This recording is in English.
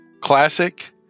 Classic